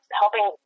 helping